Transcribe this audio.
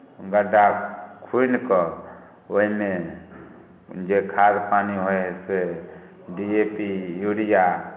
गड्ढा खुनि कऽ ओहिमे जे खाद पानी होइ हइ से डी ए पी यूरिया